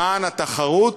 למען התחרות,